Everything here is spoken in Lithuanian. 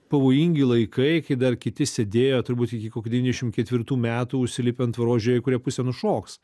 pavojingi laikai kai dar kiti sėdėjo turbūt iki kokių devyniasdešimt ketvirtų metų užsilipę ant tvoros žiūrėjo į kurią pusę nušoks